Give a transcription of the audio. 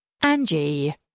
Angie